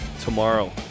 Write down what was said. tomorrow